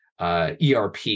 ERP